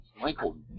Michael